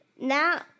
Now